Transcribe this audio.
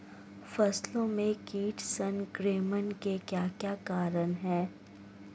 फसलों में कीट संक्रमण के क्या क्या कारण है?